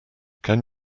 can